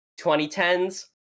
2010s